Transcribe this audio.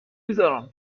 میذارم